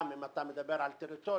אם אתה מדבר על טריטוריה,